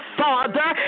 father